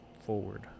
forward